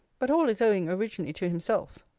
but all is owing originally to himself.